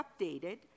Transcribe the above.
updated